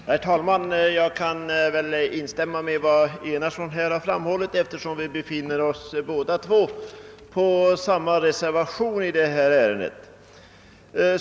Herr talman! Jag kan instämma i vad herr Enarsson här har framhållit, eftersom vi båda står under samma reservation i detta ärende.